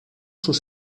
sus